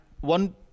one